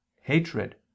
hatred